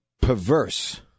perverse